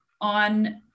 on